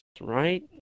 right